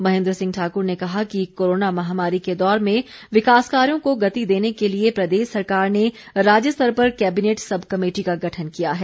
महेन्द्र सिंह ठाकुर ने कहा कि कोरोना महामारी के दौर में विकास कार्यों को गति देने के लिए प्रदेश सरकार ने राज्य स्तर पर कैबिनेट सब कमेटी का गठन किया है